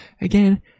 Again